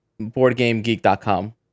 boardgamegeek.com